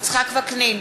יצחק וקנין,